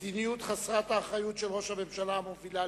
מדיניותו חסרת האחריות של ראש הממשלה המובילה